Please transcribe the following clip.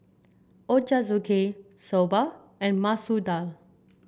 Ochazuke Soba and Masoor Dal